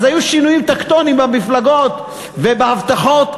אז היו שינויים טקטוניים במפלגות ובהבטחות,